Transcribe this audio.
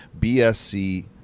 BSC